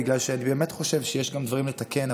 בגלל שאני באמת חושב שיש גם דברים לתקן,